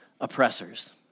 oppressors